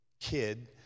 kid